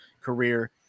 career